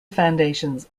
foundations